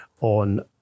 on